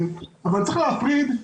אבל צריך להפריד,